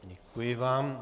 Děkuji vám.